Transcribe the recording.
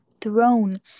throne